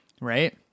right